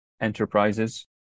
enterprises